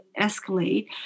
escalate